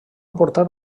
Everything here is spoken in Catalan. portar